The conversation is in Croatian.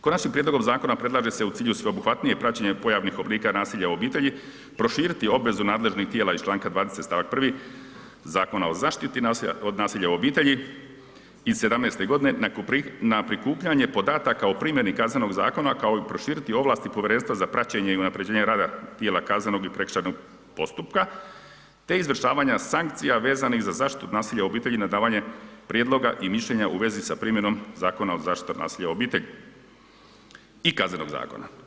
Konačnim prijedlogom zakona predlaže se u cilju sveobuhvatnije praćenje pojavnih oblika nasilja u obitelji proširiti obvezu nadležnih tijela iz čl. 20. stavak 1. Zakona o zaštiti od nasilja u obitelji iz 2017. g. na prikupljanje podataka o primjeni KZ-a kao i proširiti ovlasti Povjerenstva za praćenje i unaprjeđenje rada tijela kaznenog i prekršajnog postupka te izvršavanja sankcija vezanih za zaštitu od nasilja u obitelji na davanje prijedloga i mišljenja u vezi sa primjenom Zakona o zaštiti od nasilja u obitelji i KZ-a.